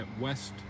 West